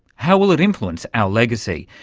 how will it influence our legacy?